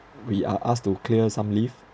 we are asked to clear some leave